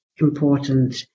important